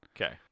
Okay